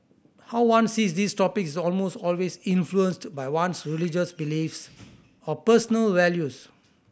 how one sees these topics is almost always influenced by one's religious beliefs or personal values